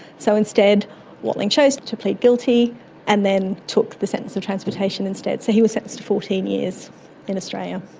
so instead watling chose to plead guilty and then took the sentence of transportation instead. so he was sentenced to fourteen years in australia.